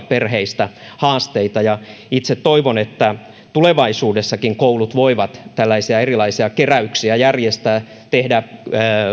perheistä haasteita itse toivon että tulevaisuudessakin koulut voivat tällaisia erilaisia keräyksiä järjestää tehdä